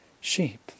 sheep